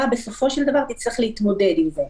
בסופו של דבר תצטרך להתמודד עם זה.